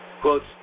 quotes